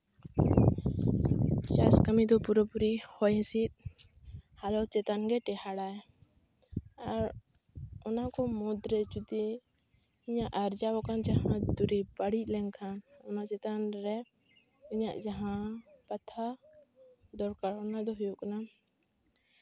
ᱪᱟᱥ ᱠᱟᱹᱢᱤ ᱫᱚ ᱯᱩᱨᱟᱹᱯᱩᱨᱤ ᱦᱚᱭ ᱦᱤᱸᱥᱤᱫ ᱦᱟᱞᱚᱛ ᱪᱮᱛᱟᱱ ᱨᱮ ᱴᱮᱸᱦᱟᱱᱰ ᱟᱭ ᱟᱨ ᱚᱱᱟ ᱢᱩᱫᱽᱨᱮ ᱡᱩᱫᱤ ᱤᱧᱟᱹᱜ ᱟᱨᱡᱟᱣ ᱟᱠᱟᱱ ᱡᱟᱦᱟᱸ ᱫᱩᱨᱤᱵᱽ ᱵᱟᱹᱲᱤᱡ ᱞᱮᱱᱠᱷᱱ ᱚᱱᱟ ᱪᱮᱛᱟᱱ ᱨᱮ ᱤᱧᱟᱹᱜ ᱡᱟᱦᱟᱸ ᱠᱟᱛᱷᱟ ᱫᱚᱨᱠᱟᱨ ᱚᱱᱟ ᱫᱚ ᱦᱩᱭᱩᱜ ᱠᱟᱱᱟ